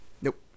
Nope